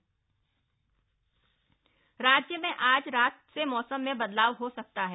मौसम राज्य में आज रात से मौसम में बदलाव हो सकता है